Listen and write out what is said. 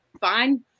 fine